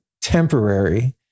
temporary